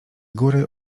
góry